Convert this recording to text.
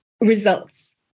results